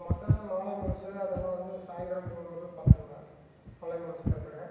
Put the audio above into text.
மற்றது மாலை முரசு அதெல்லாம் வந்து சாய்ந்திரம் போகும் போது பார்த்துருவேன் மாலை முரசு பேப்பரு